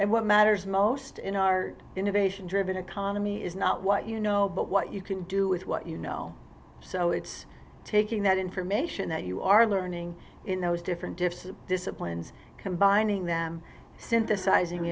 and what matters most in our innovation driven economy is not what you know but what you can do with what you know so it's taking that information that you are learning in those different different disciplines combining them synthesizing